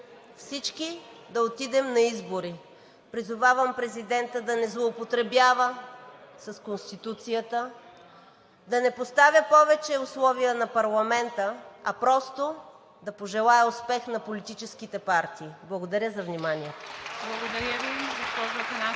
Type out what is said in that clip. всички да отидем на избори. Призовавам президента да не злоупотребява с Конституцията, да не поставя повече условия на парламента, а просто да пожелае успех на политическите партии. Благодаря за вниманието.